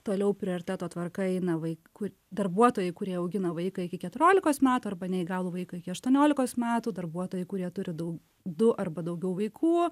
toliau prioriteto tvarka eina vaikų darbuotojai kurie augina vaiką iki keturiolikos metų arba neįgalų vaiką iki aštuoniolikos metų darbuotojai kurie turi daug du arba daugiau vaikų